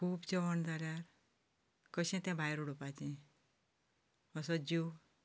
खूब जेवण जाल्यार कशें तें भायर उडोवपाचें असो जीव